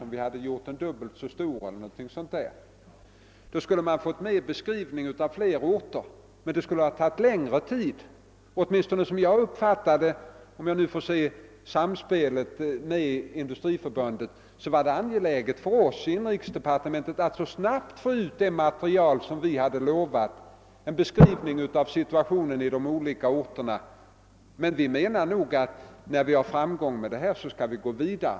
Att få fram beskrivningar av flera orter skulle emellertid ha tagit längre tid, och i samspelet med Industriförbundet var det angeläget för oss i inrikesdepartementet att så snabbt som möjligt få ut det material som vi hade utlovat. Vi anser emellertid att när vi har framgång i denna verksamhet så skall vi gå vidare.